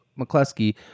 McCluskey